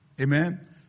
Amen